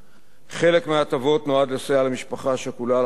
חלק מההטבות נועד לסייע למשפחה השכולה לחזור לתפקוד,